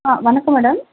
ஆ வணக்கம் மேடம்